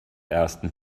ersten